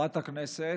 חברת הכנסת,